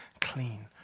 clean